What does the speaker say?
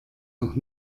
noch